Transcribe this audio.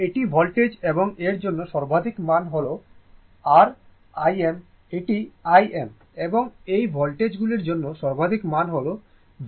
এটি ভোল্টেজ এবং এর জন্য সর্বাধিক মান হল r Im এটি Im এবং এই ভোল্টেজ গুলির জন্য সর্বাধিক মান হল Vm